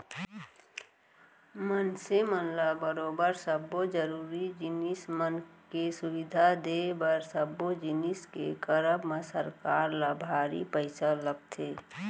मनसे मन ल बरोबर सब्बो जरुरी जिनिस मन के सुबिधा देय बर सब्बो जिनिस के करब म सरकार ल भारी पइसा लगथे